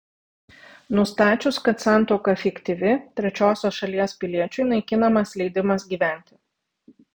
nustačius kad santuoka fiktyvi trečiosios šalies piliečiui naikinamas leidimas gyventi